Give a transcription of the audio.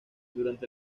durante